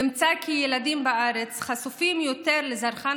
נמצא שילדים בארץ חשופים יותר לזרחן